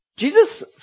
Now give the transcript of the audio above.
Jesus